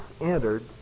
entered